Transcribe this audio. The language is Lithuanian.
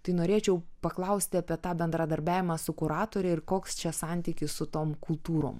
tai norėčiau paklausti apie tą bendradarbiavimą su kuratore ir koks čia santykis su tom kultūrom